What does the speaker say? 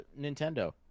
nintendo